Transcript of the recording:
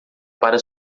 para